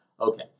Okay